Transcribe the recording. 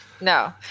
no